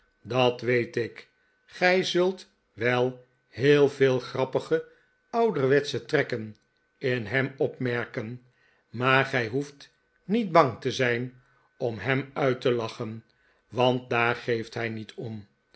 dat weet ik gij zult wel heel veel grappige ouderwetsche trekken in hem opmerken maar gij hoeft niet bang te zijn om hem uit te lachen want daar geeft hij niet om